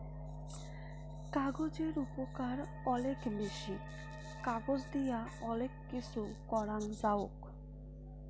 কাগজের উপকার অলেক বেশি, কাগজ দিয়া অলেক কিছু করাং যাওক